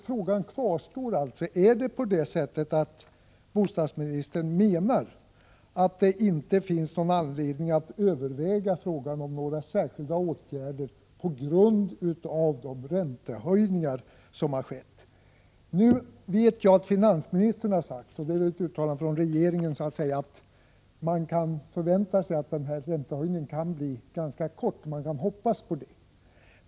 Frågan kvarstår: Menar bostadsministern att det inte finns anledning att överväga några särskilda åtgärder på grund av de räntehöjningar som har skett? Jag vet att finansministern har sagt — och det är väl ett uttalande från regeringen — att man kan förvänta sig att räntehöjningen blir ganska kortvariga, man kan hoppas det.